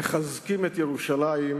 "מחזקים את ירושלים",